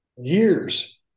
years